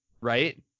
Right